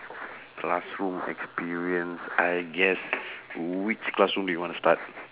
classroom experience I guess which classroom you want to start